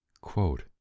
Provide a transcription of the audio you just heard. Quote